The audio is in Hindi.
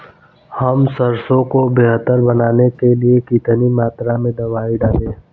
हम सरसों को बेहतर बनाने के लिए कितनी मात्रा में दवाई डालें?